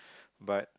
but